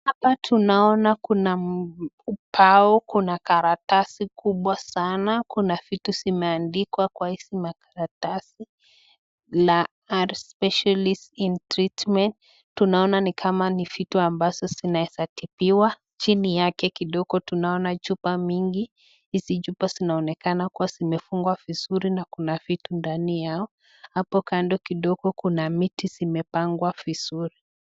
Hapa tunaona kuna ubao, kuna karatasi kubwa sanaa. Kuna vitu zimeandikwa kwa hizi makaratasi na (cs)Specialist in treatment(cs(Tunaona kua ni vitu ambazo zinaeza tibiwa. Chini yake kidogo tunaona chupa mingi. Hizi chupa zinaonekana kua na vitu ndani yao. Hapo kando yake kidogo kuna miti zimepangwa vizuri.